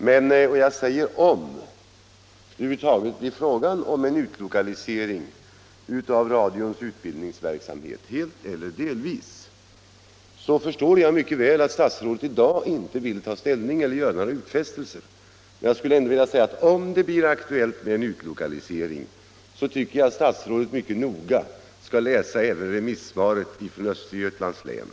Men om -— jag säger om och jag förstår mycket väl att statsrådet i dag inte vill ta ställning — det över huvud taget blir fråga om en utlokalisering av radions utbildningsverksamhet helt eller delvis, tycker jag att statsrådet mycket noga skall läsa även remissvaret från Östergötlands län.